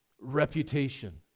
reputation